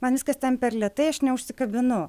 man viskas ten per lėtai aš neužsikabinu